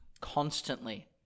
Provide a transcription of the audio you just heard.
constantly